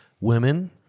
women